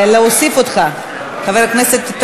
בעד.